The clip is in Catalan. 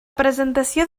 presentació